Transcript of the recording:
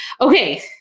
Okay